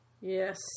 yes